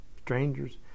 strangers